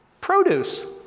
Produce